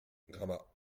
gramat